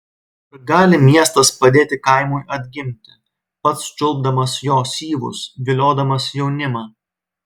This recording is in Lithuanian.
ar gali miestas padėti kaimui atgimti pats čiulpdamas jo syvus viliodamas jaunimą